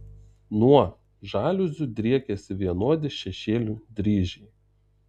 nuo žaliuzių driekiasi vienodi šešėlių dryžiai